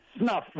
Snuff